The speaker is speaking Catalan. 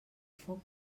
foc